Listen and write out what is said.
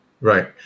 right